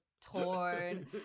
torn